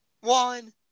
One